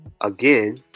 Again